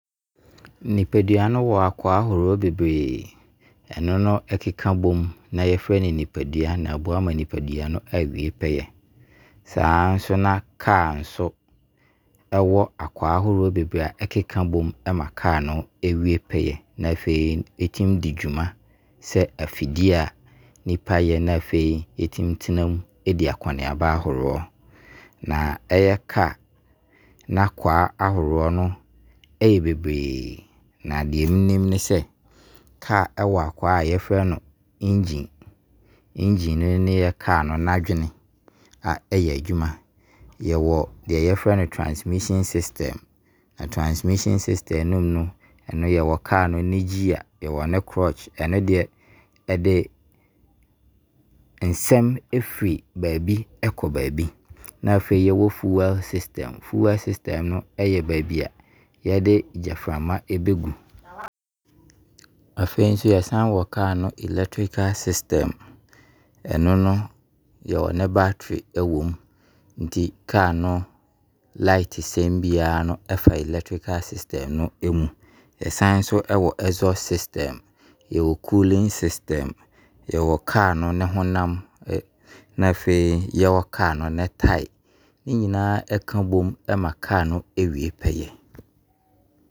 Nipadua no wɔ akwaa ahoroɔ bebree. Ɛno na ɛkeka bom na yɛfrɛ no nipadua no na aboa ama nipa no awie pɛyɛ. Saa nso na car nso ɛwɔ akwaa ahoroɔ bebree a ɛkeka bom ɛma car no ɛwie pɛyɛ. Na afei ɛtumi di dwuma sɛ afidie a nipa yɛ na afei yɛtumi tena mu ɛdi akɔneaba ahoroɔ. Na ɛyɛ car n'akwaa ahoroɔ no ɛyɛ bebree. Na deɛ menim ne sɛ, car ɛwɔ akwaa a yɛfrɛ no engine. Engine no ne yɛ car no n'adwene a ɛyɛ adwuma. Yɛwɔ deɛ yɛfrɛ no transmission system. Na transmission system no mu no, yɛwɔ car no gear, yɛwɔ ne clutch. Ɛno deɛ, ɛde nsem firi baabi ɛkɔ baabi. Na afei yɛwɔ fuel system. Fuel system no ɛyɛ baabi a yɛde gyaframa ɛbɛgu. Afei nso, yɛsan ɛwɔ car no electrical system. Ɛno no, yɛwɔ ne battery ɛwɔ mu. Nti car no light nsem biara no ɛfa electrical system no mu. Yɛsan nso ɛwɔ exhaust system. Yɛwɔ cooling system. Yɛwɔ car no honam. Na afei car no ne tyre. Ne nyainaa ɛkabom ɛma car no ɛwie pɛyɛ.